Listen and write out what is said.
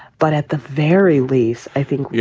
but at the very least, i think, yeah,